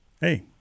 Hey